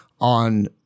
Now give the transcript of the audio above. on